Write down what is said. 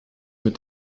mit